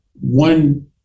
one